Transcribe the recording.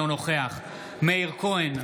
אינו נוכח מאיר כהן,